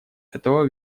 этого